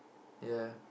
ya